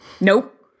Nope